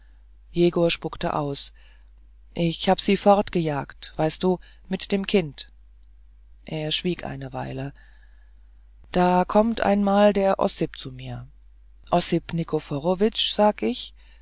jegor spuckte aus ich hab sie fortgejagt weißt du mit dem kind er schwieg eine weile da kommt einmal der ossip zu mir ossip nikiphorowitsch sag ich